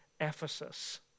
Ephesus